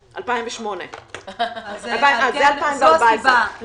2008. זו הסיבה.